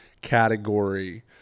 category